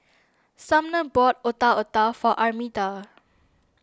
Sumner bought Otak Otak for Armida